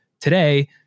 today